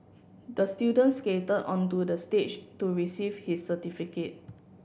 the student skated onto the stage to receive his certificate